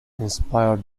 inspired